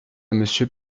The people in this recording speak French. monsieur